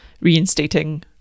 reinstating